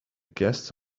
guests